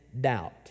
doubt